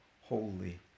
holy